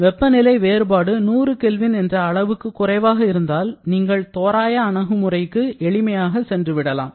வெப்பநிலை வேறுபாடு 100 K என்ற அளவுக்கு குறைவாக இருந்தால் நீங்கள் தோராய அணுகுமுறைக்கு எளிமையாக சென்று விடலாம்